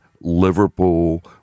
Liverpool